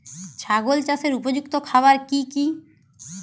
ছাগল চাষের উপযুক্ত খাবার কি কি?